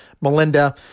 Melinda